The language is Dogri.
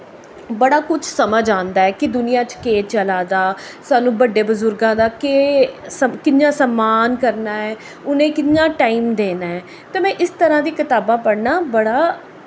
बड़ा कुछ समझ आंदा ऐ कि दुनिया च केह् चला दा सानूं बड्डे बजुर्गां दा केह् कि'यां सम्मान करना ऐ उ'नेंगी कि'यां टाइम देना ऐ ते में इस तरह् दी कताबां पढ़ना बड़ा